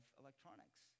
electronics